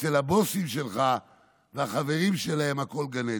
אצל הבוסים שלך והחברים שלהם הכול גן עדן.